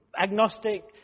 agnostic